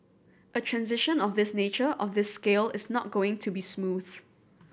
a transition of this nature of this scale is not going to be smooth